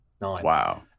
Wow